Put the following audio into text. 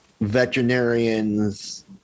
veterinarians